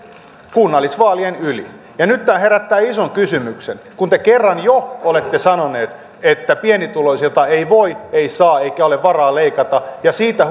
kunnallisvaalien yli ja nyt tämä herättää ison kysymyksen kun te kerran jo olette sanoneet että pienituloisilta ei voi ei saa eikä ole varaa leikata ja siitä